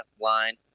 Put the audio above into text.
line